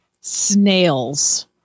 snails